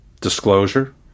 disclosure